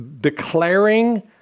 declaring